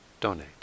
donate